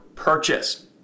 purchase